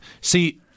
See